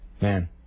Man